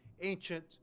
ancient